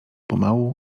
pomału